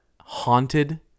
haunted